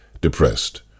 depressed